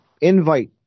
Invite